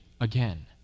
again